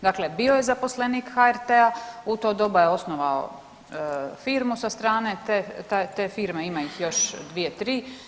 Dakle, bio je zaposlenik HRT-a, u to doba je osnovao firmu sa strane te firme, ima ih još dvije, tri.